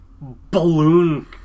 balloon